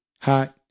hot